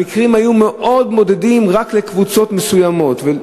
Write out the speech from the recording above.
המקרים היו מאוד בודדים, רק לקבוצות מסוימות.